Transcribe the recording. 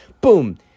Boom